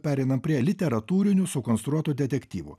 pereinam prie literatūrinių sukonstruotų detektyvų